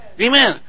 Amen